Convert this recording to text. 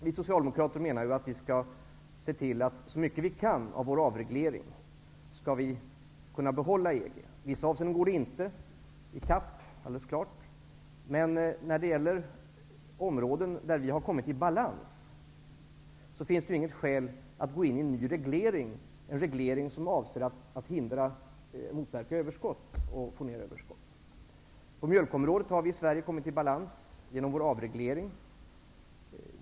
Vi socialdemokrater menar ju att vi skall se till att så mycket som möjligt av vår avreglering skall behållas i EG. I vissa avseenden går det inte, men när det gäller områden där vi har kommit i balans finns det inget skäl att gå in i en ny reglering -- en reglering som avser att förhindra och motverka överskott. Vad gäller mjölken har vi i Sverige kommit i balans genom vår avreglering.